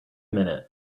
minute